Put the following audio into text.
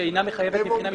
שאינה מחייבת מבחינה משפטית.